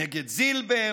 נגד זילבר,